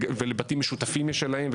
ולבתים משותפים יש את שלהם,